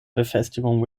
befestigung